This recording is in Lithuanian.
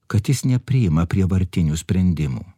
kad jis nepriima prievartinių sprendimų